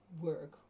work